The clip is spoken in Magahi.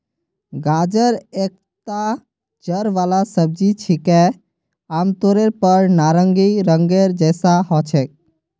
गाजर एकता जड़ वाला सब्जी छिके, आमतौरेर पर नारंगी रंगेर जैसा ह छेक